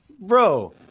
bro